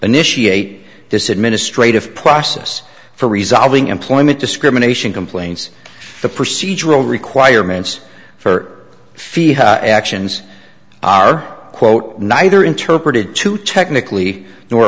initiate this administrative process for resolving employment discrimination complaints the procedural requirements for fear actions are quote neither interpreted to technically nor